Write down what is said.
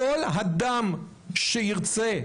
כל אדם שירצה,